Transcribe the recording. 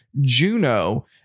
Juno